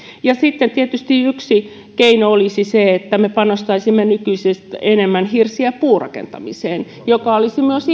ja sitten tietysti yksi keino olisi se että me panostaisimme nykyistä enemmän hirsi ja puurakentamiseen joka olisi myös